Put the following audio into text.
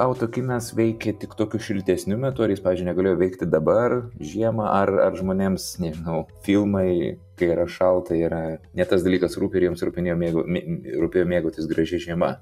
autokinas veikė tik tokiu šiltesniu metu ar jis pavyzdžiui negalėjo veikti dabar žiemą ar ar žmonėms nežinau filmai kai yra šalta yra ne tas dalykas rūpi ir jiems rūpi nemėgo ne rūpėjo mėgautis gražia žiema